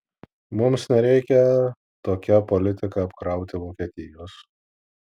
mums nereikia tokia politika apkrauti vokietijos